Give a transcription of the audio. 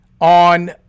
on